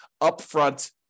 upfront